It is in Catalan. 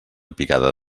picada